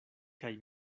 kaj